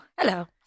Hello